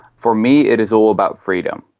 for me it is all about freedom.